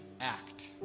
act